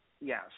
Yes